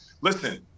listen